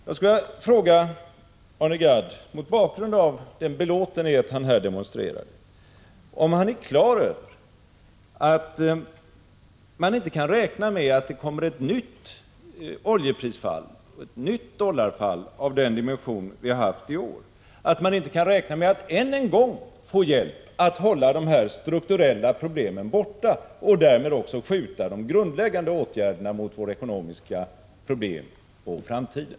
Jag vill fråga Arne Gadd, mot bakgrund av den belåtenhet han här demonstrerade, om han är klar över att man inte kan räkna med att det kommer ett nytt oljeprisfall, ett nytt dollarfall av den dimension vi har haft i år. Man kan inte räkna med att än en gång få hjälp att hålla de strukturella problemen borta och därmed också skjuta de grundläggande åtgärderna mot våra ekonomiska problem på framtiden.